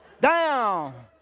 Down